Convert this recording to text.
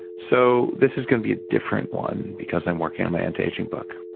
so this is going to be a different one because i'm working on my antiaging book.